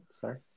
sorry